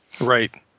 right